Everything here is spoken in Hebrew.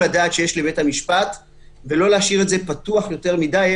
הדעת שיש לבית המשפט ולא להשאיר את זה פתוח יותר מדי,